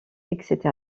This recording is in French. etc